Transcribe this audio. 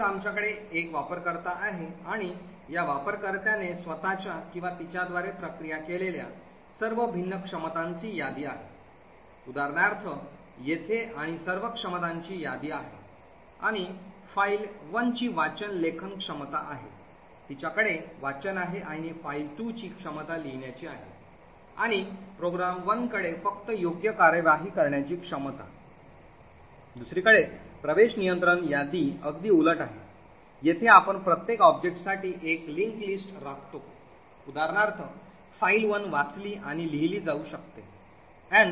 तर आमच्याकडे एक वापरकर्ता आहे आणि या वापरकर्त्याने स्वतःच्या किंवा तिच्याद्वारे प्रक्रिया केलेल्या सर्व भिन्न क्षमतांची यादी आहे उदाहरणार्थ येथे आणि सर्व क्षमतांची यादी आहे आणि फाइल 1 ची वाचन लेखन क्षमता आहे तिच्याकडे वाचन आहे आणि फाइल 2 ची क्षमता लिहिण्याची आहे आणि प्रोग्राम 1 कडे फक्त योग्य कार्यवाही करण्याची क्षमता दुसरीकडे access control यादी अगदी उलट आहे येथे आपण प्रत्येक ऑब्जेक्टसाठी एक link list राखतो उदाहरणार्थ फाइल 1 वाचली आणि लिहिली जाऊ शकते